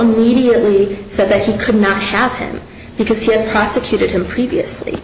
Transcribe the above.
immediately said that he could not have him because he had prosecuted him previously